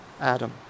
Adam